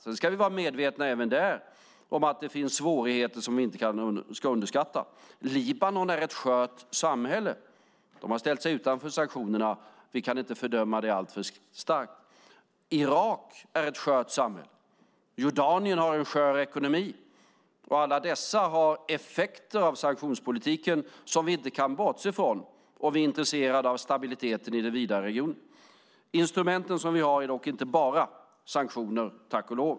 Sedan ska vi vara medvetna även där om att det finns svårigheter som vi inte ska underskatta. Libanon är ett skört samhälle. Det har ställt sig utanför sanktionerna. Vi kan inte fördöma det alltför starkt. Irak är ett skört samhälle. Jordanien har en skör ekonomi. Alla dessa har effekter av sanktionspolitiken som vi inte kan bortse från om vi är intresserade av stabiliteten i den vidare regionen. Instrumenten vi har är dock inte bara sanktioner, tack och lov.